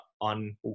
on